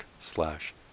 slash